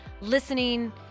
listening